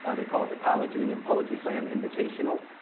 ah they call it the college union poetry slam invitational.